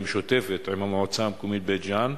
המשותפת עם המועצה המקומית בית-ג'ן?